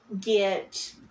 get